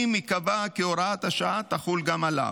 אם ייקבע כי הוראת השעה תחול גם עליו.